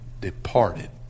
departed